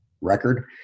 Record